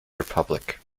republic